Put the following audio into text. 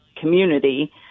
community